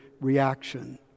reaction